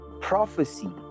prophecy